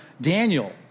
Daniel